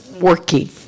working